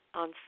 on